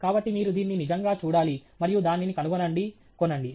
కాబట్టి మీరు దీన్ని నిజంగా చూడాలి మరియు దానిని కనుగొనండి కొనండి